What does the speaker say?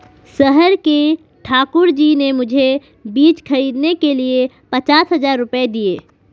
शहर के ठाकुर जी ने मुझे बीज खरीदने के लिए पचास हज़ार रूपये दिए